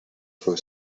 for